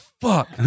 fuck